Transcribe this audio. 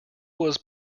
was